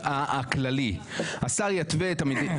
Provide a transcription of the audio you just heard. מה המשמעות בחוק שמגדיר את סמכות השר להתערב,